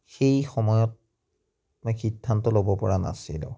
সেই সময়ত মই সিদ্ধান্ত ল'ব পৰা নাছিলোঁ